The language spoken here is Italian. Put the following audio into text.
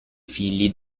figli